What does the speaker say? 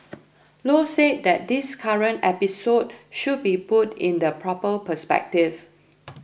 Low said that this current episode should be put in the proper perspective